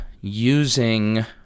using